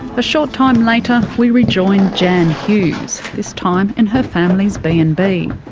a short time later we re-join jan hughes, this time in her family's b and b.